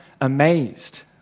amazed